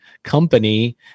company